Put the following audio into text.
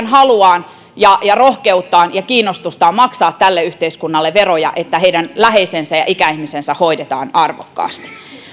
haluaan ja ja rohkeuttaan ja kiinnostustaan maksaa tälle yhteiskunnalle veroja että heidän läheisensä ja ikäihmisensä hoidetaan arvokkaasti